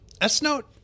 S-Note